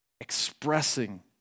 Expressing